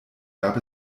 gab